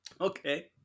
Okay